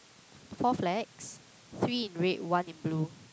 four flags three in red one in blue